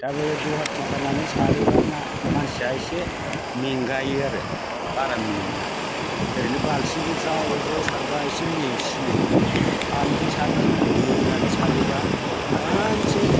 दा बेबादि दहाथि सानानै सारोब्ला ना मानसिया एसे मेंगायो आरो बारा मेङा ओरैनो बाल्थिंजों ज्राव ज्राव सारब्ला एसे मेंसिनो सानैजों सानैजों बोनानै सारोब्ला आरामसे